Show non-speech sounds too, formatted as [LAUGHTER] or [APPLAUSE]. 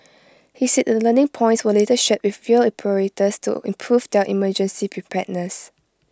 [NOISE] he said the learning points were later shared with rail operators to improve their emergency preparedness